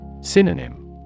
Synonym